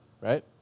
right